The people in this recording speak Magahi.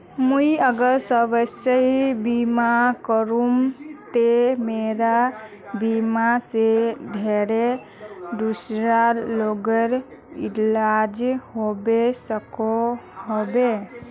मुई अगर स्वास्थ्य बीमा करूम ते मोर बीमा से घोरेर दूसरा लोगेर इलाज होबे सकोहो होबे?